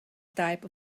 type